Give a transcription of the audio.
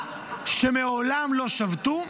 שמעולם לא שבתו,